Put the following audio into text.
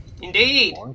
indeed